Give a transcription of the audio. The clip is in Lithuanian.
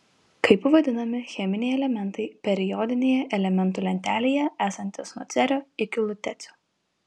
kaip vadinami cheminiai elementai periodinėje elementų lentelėje esantys nuo cerio iki lutecio